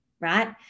right